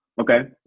Okay